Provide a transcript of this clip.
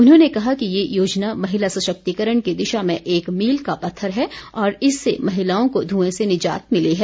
उन्होंने कहा कि ये योजना महिला सशक्तिकरण की दिशा में एक मील का पत्थर है और इससे महिलाओं को धुएं से निजात मिली है